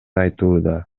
айтууда